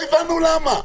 אז לא הבנו למה.